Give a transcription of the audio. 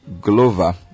Glover